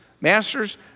Masters